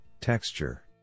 texture